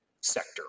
sector